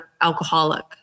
alcoholic